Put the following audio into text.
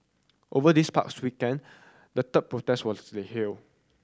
over this past weekend the third protest was held